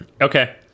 Okay